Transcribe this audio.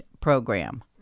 program